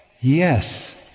yes